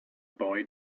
boy